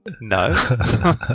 No